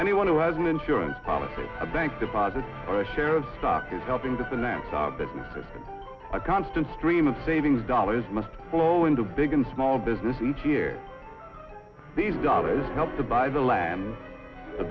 anyone who has an insurance policy a bank to buy the share of stock is helping to finance our businesses a constant stream of savings dollars must flow into big and small business each year these dollars help to buy the land the